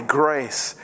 grace